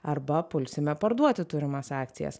arba pulsime parduoti turimas akcijas